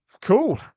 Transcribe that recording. cool